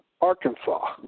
Arkansas